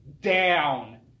down